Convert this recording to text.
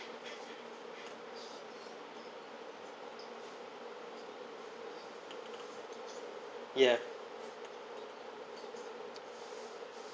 yeah